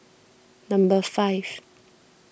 number five